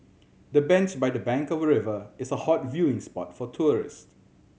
the bench by the bank of river is a hot viewing spot for tourist